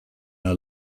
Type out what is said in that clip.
our